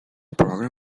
program